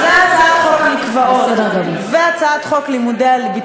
אחרי הצעת חוק המקוואות, בסדר גמור.